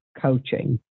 coaching